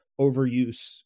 overuse